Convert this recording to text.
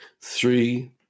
three